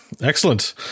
excellent